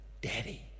Daddy